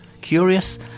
Curious